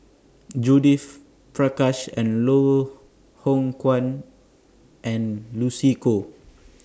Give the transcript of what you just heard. Judith Prakash and Loh Hoong Kwan and Lucy Koh